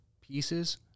pieces